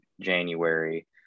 January